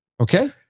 Okay